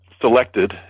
selected